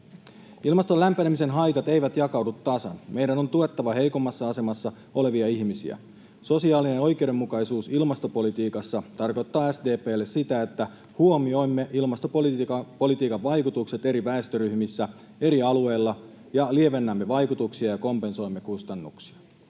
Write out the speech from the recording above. Ilmaston lämpenemisen haitat eivät jakaudu tasan. Meidän on tuettava heikoimmassa asemassa olevia ihmisiä. Sosiaalinen oikeudenmukaisuus ilmastopolitiikassa tarkoittaa SDP:lle sitä, että huomioimme ilmastopolitiikan vaikutukset eri väestöryhmissä, eri alueilla ja lievennämme vaikutuksia ja kompensoimme kustannuksia.